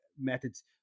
methods